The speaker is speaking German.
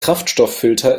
kraftstofffilter